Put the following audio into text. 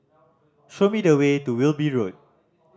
show me the way to Wilby Road